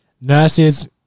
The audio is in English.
Nurses